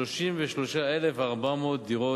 33,400 דירות,